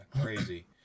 crazy